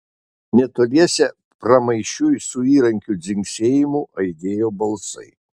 netoliese pramaišiui su įrankių dzingsėjimu aidėjo balsai